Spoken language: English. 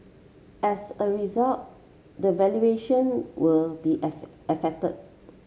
as a result the valuation will be affected